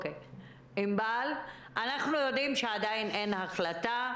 ענבל, אנחנו יודעים שעדיין אין החלטה.